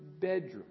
bedroom